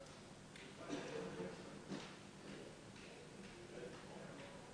אז לא ישולם אותו תשלום מזערי.